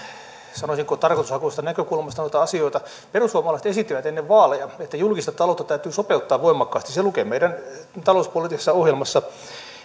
sanoisinko tarkoituksenhakuisesta näkökulmasta noita asioita perussuomalaiset esittivät ennen vaaleja että julkista taloutta täytyy sopeuttaa voimakkaasti se lukee meidän talouspoliittisessa ohjelmassamme